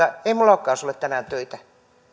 ei minulla olekaan sinulle tänään töitä